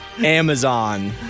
Amazon